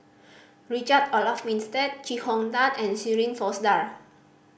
Richard Olaf Winstedt Chee Hong Tat and Shirin Fozdar